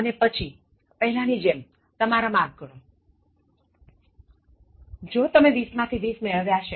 અને પછીપહેલા ની જેમતમારા માર્ક ગણો જો તમે 20 માં થી 20 મેળવ્યા છે